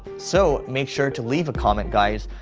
so, make sure to leave a comment, guys.